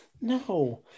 no